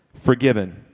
forgiven